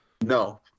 No